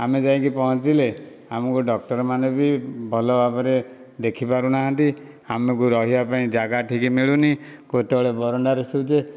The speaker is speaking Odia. ଆମେ ଯାଇକି ପହଞ୍ଚିଲେ ଆମକୁ ଡକ୍ଟରମାନେ ବି ଭଲ ଭାବରେ ଦେଖିପାରୁନାହାନ୍ତି ଆମକୁ ରହିବାପାଇଁ ଜାଗା ଠିକ୍ ମିଳୁନି କେତେବେଳେ ବରଣ୍ଡାରେ ଶୋଉଛେ